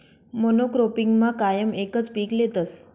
मोनॉक्रोपिगमा कायम एकच पीक लेतस